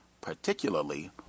particularly